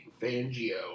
Fangio